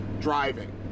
driving